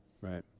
Right